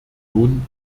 union